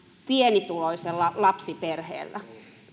pienituloiselle lapsiperheelle